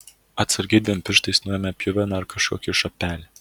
atsargiai dviem pirštais nuėmė pjuveną ar kažkokį šapelį